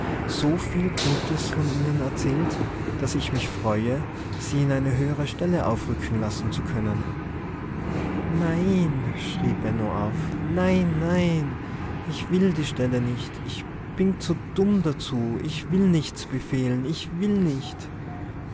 so viel gutes von ihnen erzählt daß ich mich freue sie in eine höhere stelle aufrücken lassen zu können nein schrie benno auf nein nein ich will die stelle nicht ich bin zu dumm dazu ich will nichts befehlen ich will nicht